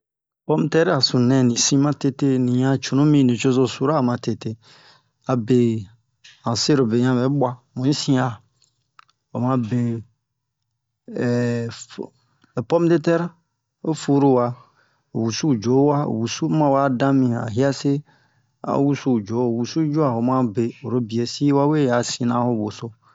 pome tɛri a sunu nɛ ni sin ma tete ni yan cunu mi nucozo sura ma tete abe yan sɛrobe bɛ bua mu yi si a o ma be pome de tɛr ho furu wa wusu jo wa wusu mu ma we a dan mi han hiase o ho wusu jo wusu yi ju'a ho la be oro bie sin ba we a sina ho woso